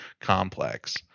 complex